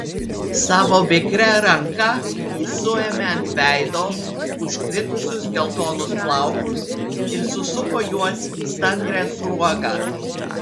savo vikria ranka ji suėmė ant veido užkritusius geltonus plaukus ir susuko juos į stangrią sruogą